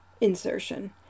insertion